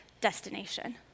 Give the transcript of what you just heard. destination